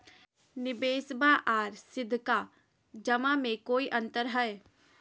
निबेसबा आर सीधका जमा मे कोइ अंतर हय?